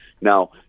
Now